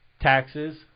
Taxes